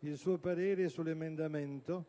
il proprio parere sull'emendamento